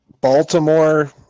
baltimore